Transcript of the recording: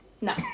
No